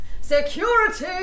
Security